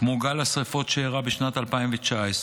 כמו גל השרפות שאירע בשנת 2019,